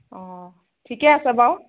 অ ঠিকেই আছে বাৰু